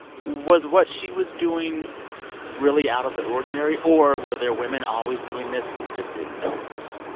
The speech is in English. was what she was doing really out of the ordinary, or were there women always doing this and we just didn't notice?